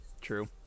true